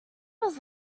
was